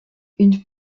une